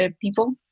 people